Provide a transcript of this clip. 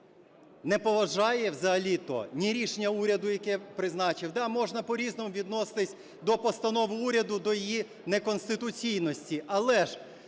не поважає взагалі-то ні рішення уряду, яке призначив... Да, можна по-різному відноситися до постанови уряду, до її неконституційності, але ж,